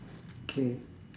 K